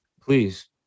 Please